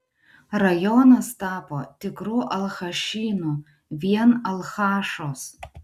rajonas tapo tikru alchašynu vien alchašos